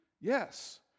Yes